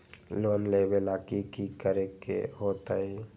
Loan लेबे ला की कि करे के होतई?